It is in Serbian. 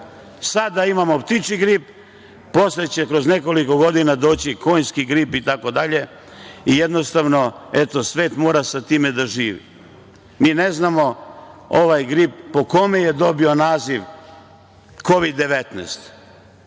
sada imamo ptičiji grip, posle će, kroz nekoliko godina dođi konjski grip i tako dalje i jednostavno svet mora sa tim da živi. Mi ne znamo ovaj grip po kome je dobio naziv Kovid-19?